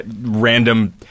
random